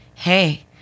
hey